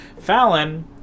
Fallon